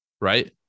right